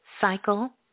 cycle